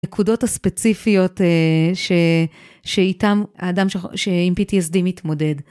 נקודות הספציפיות שאיתם, האדם שעם PTSD מתמודד.